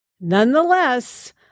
Nonetheless